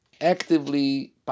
actively